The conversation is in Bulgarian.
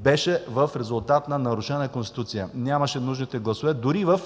беше в резултат на нарушена Конституция. Нямаше нужните гласове дори в